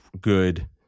good